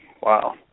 Wow